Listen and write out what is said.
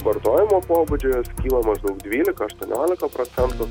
vartojimo pobūdžio jos kyla maždaug dvylika aštuoniolika procentų